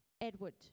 Edward